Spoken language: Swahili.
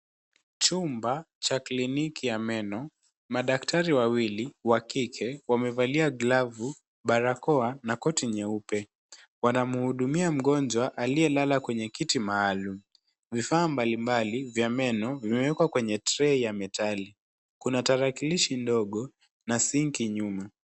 Chumba cha kliniki ya meno. Madaktari wawili wamevalia glavu, barakoa na koti nyeupe. Wanamhudumia mgonjwa aliyelala kwenye kiti maalum. Vifaa mbalimbali vya meno vimeekwa kwenye trei ya metali. Kuna tarakilishi ndogo na sinki nyuma.